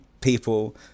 people